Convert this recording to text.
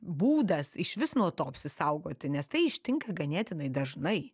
būdas išvis nuo to apsisaugoti nes tai ištinka ganėtinai dažnai